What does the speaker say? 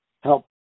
help